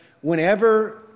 whenever